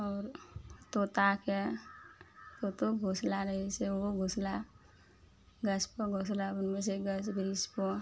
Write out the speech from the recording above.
आउर तोताके तोतो घोसला रहय छै ओहो घोसला गाछपर घोसला बनबय छै गाछ वृक्षपर